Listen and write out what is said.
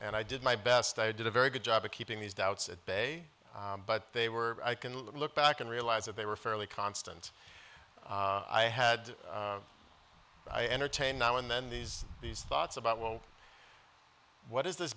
and i did my best i did a very good job of keeping these doubts at bay but they were i can look back and realize that they were fairly constant i had i entertain now and then these these thoughts about well what is this